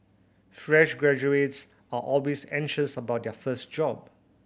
fresh graduates are always anxious about their first job